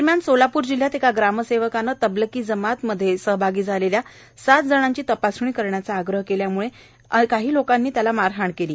दरम्यान सोलापूर जिल्ह्यात एका ग्राम सेवकाने तबलगी जमात मध्ये सहभागी झालेल्या सात जणांची तपासणी करण्याचा आग्रह केल्यामुळे सात जणांनी त्याला मारहाण केली